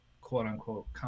quote-unquote